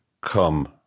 come